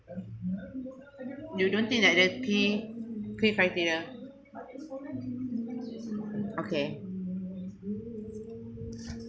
you don't think that that key key criteria okay